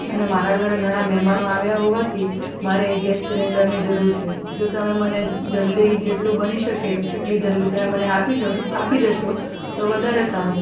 અને મારા ઘરે ઘણા મહેમાનો આવ્યા હોવાથી મારે ગેસ સિલિન્ડરની જરૂર છે જો તમે મને જલ્દી જેટલું બની શકે એટલી જલ્દી તમે મને આપી જશો તો વધારે સારું